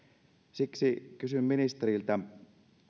siksi kysyn ministeriltä